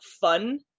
fun